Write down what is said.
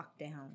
lockdown